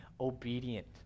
obedient